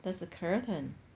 there's a curtain